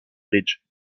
ridge